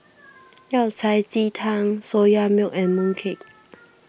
Yao Cai Ji Tang Soya Milk and Mooncake